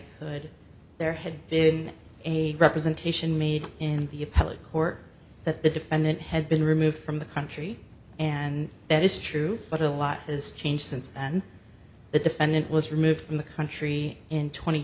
could there had been a representation made in the appellate court that the defendant had been removed from the country and that is true but a lot has changed since then the defendant was removed from the country in tw